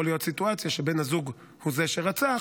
יכולה להיות סיטואציה שבה בן הזוג הוא זה שרצח,